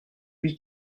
huit